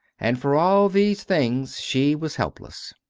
and for all these things she was helpless.